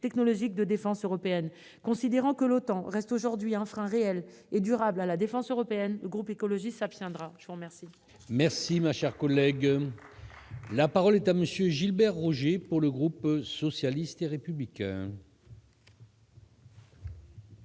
technologique de défense européenne. Considérant que l'OTAN reste aujourd'hui un frein réel et durable à la défense européenne, le groupe écologiste s'abstiendra. La parole est à M. Gilbert Roger, pour le groupe socialiste et républicain.